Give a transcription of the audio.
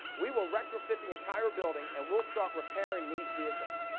we will retrofit the entire building and we'll start repairing these vehicles.